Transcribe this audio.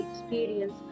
experience